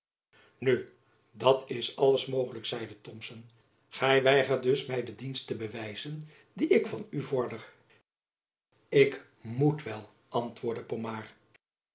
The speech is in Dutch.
nu dat is alles mogelijk zeide thomson gy weigert dus my de dienst te bewijzen die ik van u vorder ik moet wel antwoorde pomard